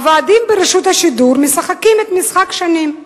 הוועדים ברשות השידור משחקים את המשחק שנים,